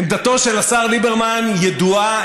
עמדתו של השר ליברמן ידועה,